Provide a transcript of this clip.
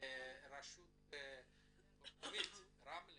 לרשות מקומית רמלה